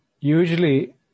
usually